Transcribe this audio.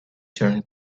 turn